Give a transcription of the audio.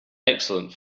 excellent